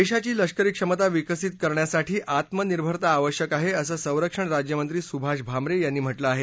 देशाची लष्करी क्षमता विकसित करण्यासाठी आत्मनिर्भरता आवश्यक आहे असं संरक्षण राज्यमंत्री सुभाष भामरे यांनी म्हटलं आहे